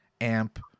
amp